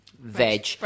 veg